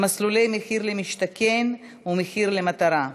במסלולי מחיר למשתכן ומחיר מטרה.